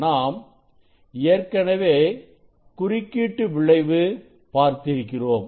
நாம் ஏற்கனவே குறுக்கீட்டு விளைவு பார்த்திருக்கிறோம்